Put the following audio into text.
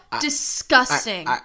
disgusting